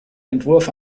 entwurf